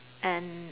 and